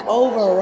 over